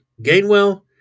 Gainwell